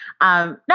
No